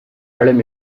allem